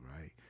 right